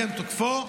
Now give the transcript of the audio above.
וכן תוקפו,